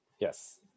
Yes